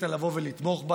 החליטה לבוא ולתמוך בה.